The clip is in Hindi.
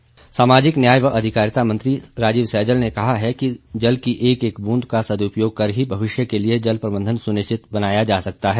सैजल सामाजिक न्याय व अधिकारिता मंत्री राजीव सैजल ने कहा है कि जल की एक एक ब्रेद का सद्रपयोग कर ही भविष्य के लिए जल प्रबंधन सुनिश्चित बनाया जा सकता है